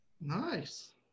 Nice